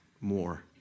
more